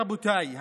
רבותיי,